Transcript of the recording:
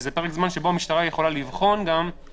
שזה פרק זמן שבו המשטרה יכולה גם לבחון איזה